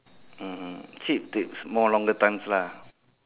mmhmm ship takes more longer times lah